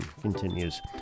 Continues